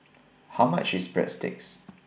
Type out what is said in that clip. How much IS Breadsticks